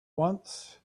once